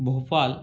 Bhopal